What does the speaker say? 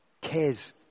cares